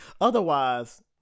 otherwise